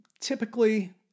Typically